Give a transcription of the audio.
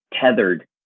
tethered